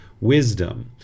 wisdom